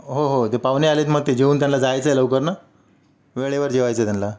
हो हो हो ते पाहुणे आले आहेत मग ते जेवून त्यांना जायचं आहे लवकर ना वेळेवर जेवायचं आहे त्यांना